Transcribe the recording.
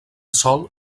sòl